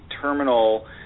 terminal